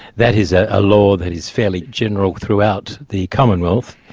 that is a ah law that is fairly general throughout the commonwealth.